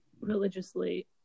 religiously